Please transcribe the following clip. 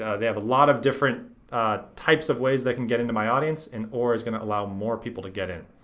ah they have a lot of different types of ways they can get into my audience, and or is gonna allow more people to get in.